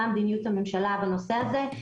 מה מדיניות הממשלה בנושא הזה,